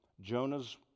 Jonah's